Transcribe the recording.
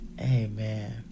Amen